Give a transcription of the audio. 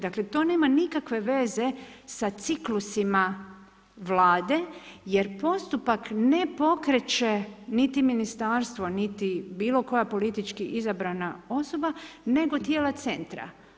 Dakle to nema nikakve veze sa ciklusima Vlade jer postupak ne pokreće niti ministarstvo niti bilo koja politički izabrana osoba nego tijela centra.